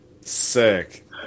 Sick